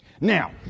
Now